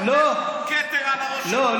כתר על הראש שלו,